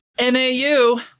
NAU